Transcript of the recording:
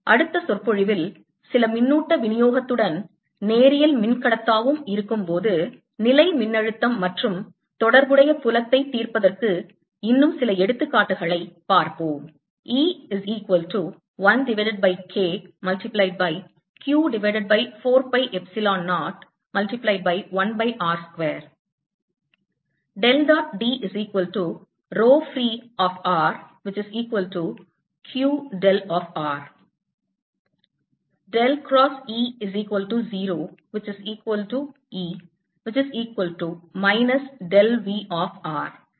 அடுத்த சொற்பொழிவில் சில மின்னூட்ட விநியோகத்துடன் நேரியல் மின்கடத்தாவும் இருக்கும்போது நிலை மின்னழுத்தம் மற்றும் தொடர்புடைய புலத்தை தீர்ப்பதற்கு இன்னும் சில எடுத்துக்காட்டுகளை எடுப்போம்